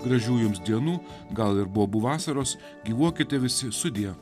gražių jums dienų gal ir bobų vasaros gyvuokite visi sudie